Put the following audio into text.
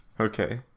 Okay